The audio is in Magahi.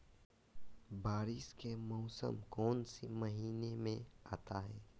बारिस के मौसम कौन सी महीने में आता है?